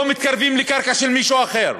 לא מתקרבים לקרקע של מישהו אחר.